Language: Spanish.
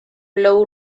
lou